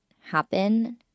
happen